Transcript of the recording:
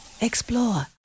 explore